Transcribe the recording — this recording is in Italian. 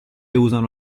usano